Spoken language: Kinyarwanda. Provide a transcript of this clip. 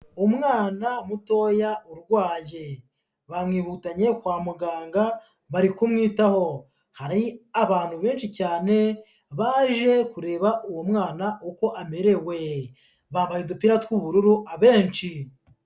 Umwana mutoya urwaye. Bamwibutanye kwa muganga, bari kumwitaho. Hari abantu benshi cyane, baje kureba uwo mwana uko amerewe. Bambaye udupira tw'ubururu, abenshi.